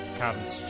comes